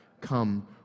come